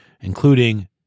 including